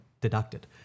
deducted